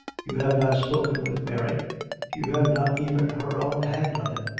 you have not spoken with mary you have not even her own hand on it.